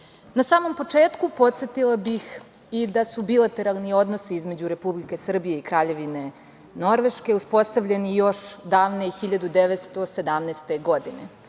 samom početku, podsetila bih i da su bilateralni odnosi između Republike Srbije i Kraljevine Norveške uspostavljeni još davne 1917. godine.